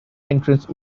entrance